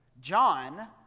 John